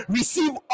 receive